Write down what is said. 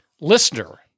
listener